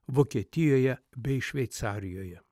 vokietijoje bei šveicarijoje